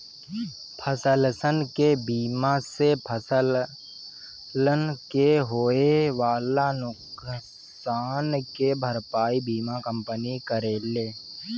फसलसन के बीमा से फसलन के होए वाला नुकसान के भरपाई बीमा कंपनी करेले